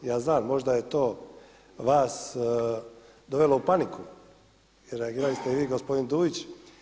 Ja znam, možda je to vas dovelo u paniku i reagirali ste i vi gospodin Dujić.